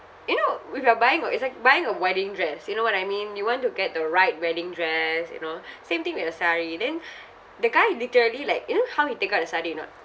you know with your buying or it's like buying a wedding dress you know what I mean you want to get the right wedding dress you know same thing with your saree and then the guy literally like you know how he take out the saree or not